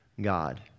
God